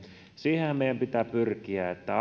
siihenhän meidän pitää pyrkiä että